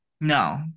No